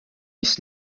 ist